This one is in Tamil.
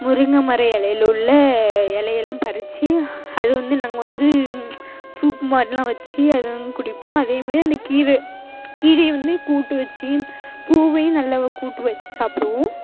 முருங்கை மர இலையில் உள்ள இலையெல்லாம் பறித்து அது வந்து நாங்கள் வந்து சூப் மாதிரிலாம் வச்சு அதை நாங்கள் குடிப்போம் அதே மாதிரி அந்த கீரை கீரையை வந்து கூட்டு வச்சி பூவையும் நல்லா கூட்டு வச்சு சாப்பிடுவோம்